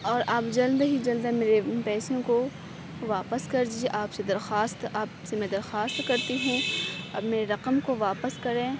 اور آپ جلد ہی جلد میرے پیسوں کو واپس کر دیجیے آپ سے درخواست آپ سے میں درخواست کرتی ہوں آپ میری رقم کو واپس کریں